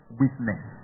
witness